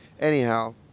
Anyhow